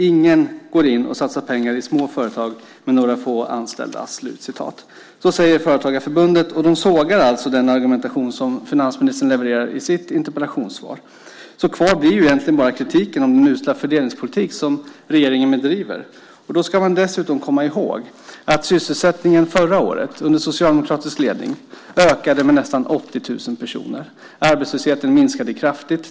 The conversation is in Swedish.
Ingen går in och satsar pengar i små företag med några få anställda." Så säger Företagarförbundet, och de sågar alltså den argumentation som finansministern levererar i sitt interpellationssvar. Kvar blir egentligen bara kritiken om den usla fördelningspolitik som regeringen bedriver. Då ska man dessutom komma ihåg att sysselsättningen förra året, under socialdemokratisk ledning, ökade med nästan 80 000 personer. Arbetslösheten minskade kraftigt.